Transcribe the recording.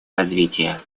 развития